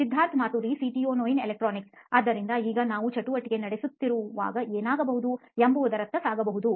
Siddharth Maturi CEO ನೋಯಿನ್ electronics ಆದ್ದರಿಂದ ಈಗ ನಾವು ಚಟುವಟಿಕೆ ನಡೆಯುತ್ತಿರುವಾಗ ಏನಾಗಬಹುದು ಎಂಬುದರತ್ತ ಸಾಗಬಹುದು